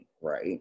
right